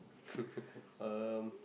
um